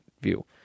view